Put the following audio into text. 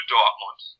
Dortmund